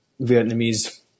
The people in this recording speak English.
Vietnamese